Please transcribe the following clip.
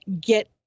get